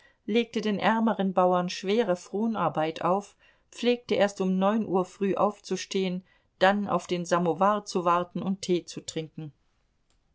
legte den ärmeren bauern schwere fronarbeit auf pflegte erst um neun uhr früh aufzustehen dann auf den samowar zu warten und tee zu trinken